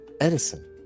edison